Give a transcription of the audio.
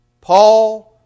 Paul